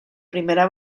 primera